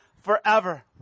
forever